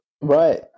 Right